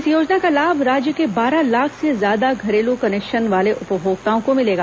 इस योजना का लाभ राज्य के बारह लाख से ज्यादा घरेलू कनेक्शन वाले उपभोक्ताओं को मिलेगा